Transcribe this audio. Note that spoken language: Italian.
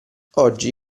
oggi